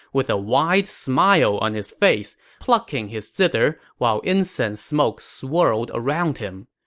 with a wide smile on his face, plucking his zither while incense smoke swirled around him.